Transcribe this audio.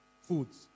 foods